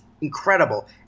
incredible